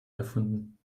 erfunden